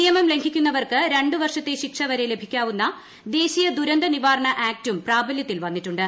നിയമം ലംഘിക്കുന്നവർക്ക് രണ്ട് വർഷത്തെ ശിക്ഷ വരെ ലഭിക്കാവുന്ന ദേശീയ ദുരന്ത നിവാരണ ആക്ടും പ്രാബലൃത്തിൽ വന്നിട്ടുണ്ട്